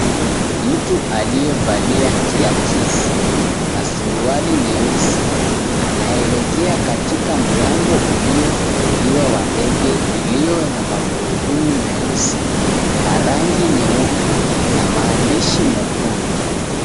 Mtu aliyevalia kiakisi na suruali nyeusi anaelekea katika mlango uliyofunguliwa wa ndege uliyo na magurudumu meusi na rangi nyeupe na maandishi mekundu.